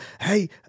hey